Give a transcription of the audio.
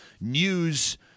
news